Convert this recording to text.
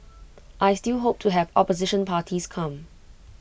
I still hope to have opposition parties come